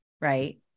right